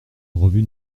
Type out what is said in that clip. revue